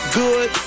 good